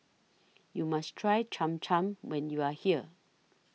YOU must Try Cham Cham when YOU Are here